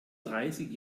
dreißig